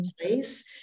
place